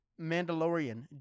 Mandalorian